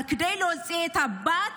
אבל כדי להוציא את הבת